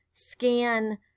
scan